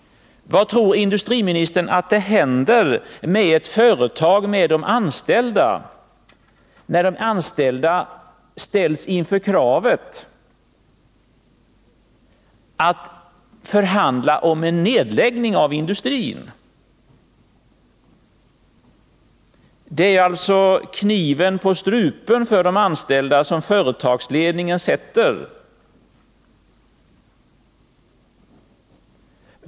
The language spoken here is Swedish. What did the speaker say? Vad tror industriministern händer med de anställda i ett företag när de ställs inför kravet att förhandla om en nedläggning av industrin? Företagsledningen sätter alltså kniven på strupen på de anställda.